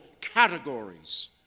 categories